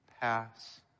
pass